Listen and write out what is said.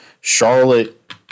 Charlotte